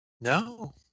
No